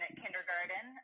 kindergarten